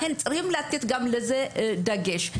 לכן צריך לתת גם לזה דגש.